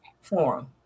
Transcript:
forum